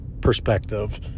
perspective